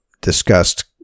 discussed